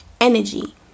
energy